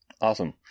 Awesome